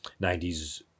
90s